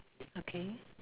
okay